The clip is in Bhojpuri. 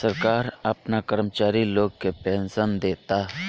सरकार आपना कर्मचारी लोग के पेनसन देता